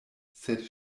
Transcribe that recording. sed